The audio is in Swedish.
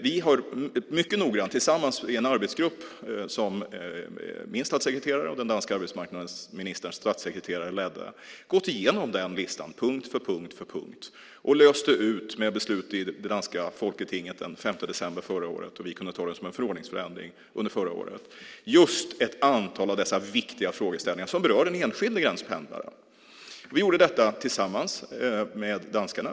Vi har mycket noggrant, i en arbetsgrupp som min statssekreterare och den danska arbetsmarknadsministerns statssekretare ledde, gått igenom den listan punkt för punkt och löst ut det med beslut i det danska Folketinget den 5 december förra året. Vi kunde ta det som en förordningsförändring under förra året. Det var just ett antal av dessa viktiga frågeställningar som berör den enskilde gränspendlaren. Vi gjorde detta tillsammans med danskarna.